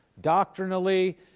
doctrinally